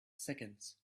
seconds